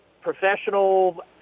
professional